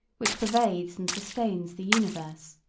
which pervades and sustains the universe.